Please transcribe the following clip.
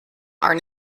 are